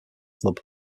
club